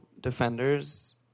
defenders